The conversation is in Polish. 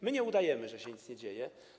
My nie udajemy, że się nic nie dzieje.